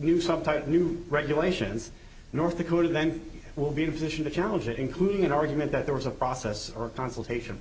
new sometime new regulations north dakota then we will be in a position to challenge it including an argument that there was a process or consultation